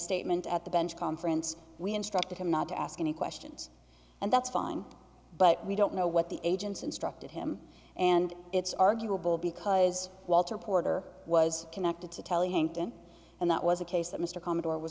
statement at the bench conference we instructed him not to ask any questions and that's fine but we don't know what the agents instructed him and it's arguable because walter porter was connected to telling to and that was a case that mr commodore was